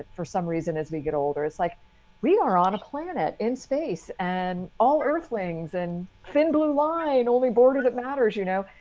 for some reason as we get older, it's like we are on a planet in space and all earthlings and thin blue line only border that matters, you know,